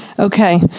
Okay